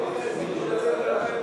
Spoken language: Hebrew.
השר שטייניץ יודע מצוין.